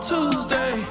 Tuesday